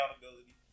accountability